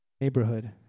neighborhood